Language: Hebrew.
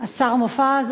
השר מופז,